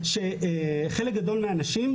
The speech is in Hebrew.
חלק גדול מהנשים,